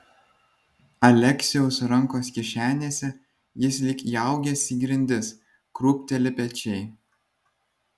aleksiaus rankos kišenėse jis lyg įaugęs į grindis krūpteli pečiai